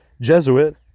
jesuit